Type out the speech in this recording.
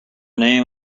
name